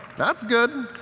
that's good.